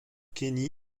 kenny